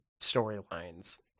storylines